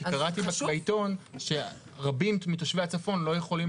כי קראתי בעיתון שרבים מתושבי הצפון לא יכולים